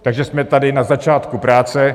Takže jsme tady na začátku práce.